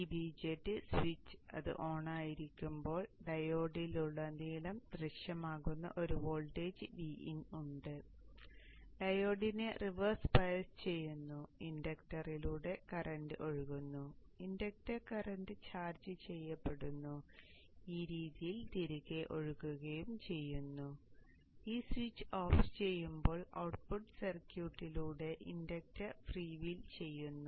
ഈ BJT switch അത് ഓണായിരിക്കുമ്പോൾ ഡയോഡിലുടനീളം ദൃശ്യമാകുന്ന ഒരു വോൾട്ടേജ് Vin ഉണ്ട് ഡയോഡിനെ റിവേഴ്സ് ബയസ് ചെയ്യുന്നു ഇൻഡക്ടറിലൂടെ കറന്റ് ഒഴുകുന്നു ഇൻഡക്റ്റർ ചാർജ് ചെയ്യപ്പെടുന്നു ഈ രീതിയിൽ തിരികെ ഒഴുകുകയും ചെയ്യുന്നു ഈ സ്വിച്ച് ഓഫ് ചെയ്യുമ്പോൾ ഔട്ട്പുട്ട് സർക്യൂട്ടിലൂടെ ഇൻഡക്റ്റർ ഫ്രീ വീൽ ചെയ്യുന്നു